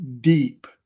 deep